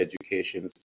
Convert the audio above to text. education